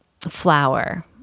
flower